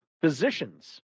physicians